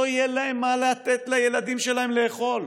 יהיה להם מה לתת לילדים שלהם לאכול.